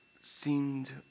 seemed